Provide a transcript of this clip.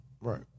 right